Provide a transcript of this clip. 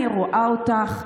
אני רואה אותך,